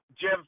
Jim